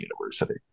university